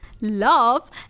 love